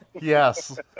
Yes